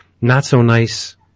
not-so-nice